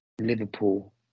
Liverpool